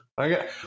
Okay